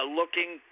looking